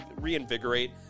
reinvigorate